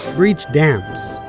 breach dams,